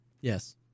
Yes